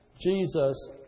Jesus